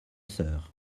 sœur